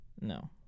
No